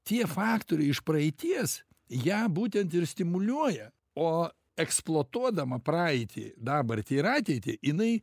tie faktoriai iš praeities ją būtent ir stimuliuoja o eksploatuodama praeitį dabartį ir ateitį jinai